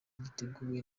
cyateguwe